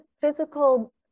physical